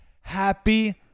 Happy